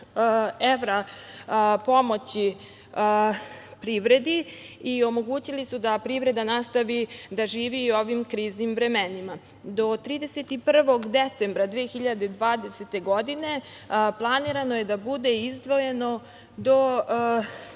evra pomoći privredi i omogućili su da privreda nastavi da živi u ovim kriznim vremenima. Do 31. decembra 2020. godine planirano je da bude izdvojeno do